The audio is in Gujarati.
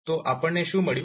તો આપણને શું મળ્યું